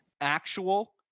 actual